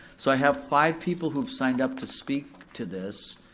so i have five people who signed up to speak to this.